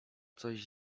coś